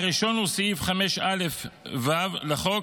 הראשון הוא סעיף 5א(ו) לחוק,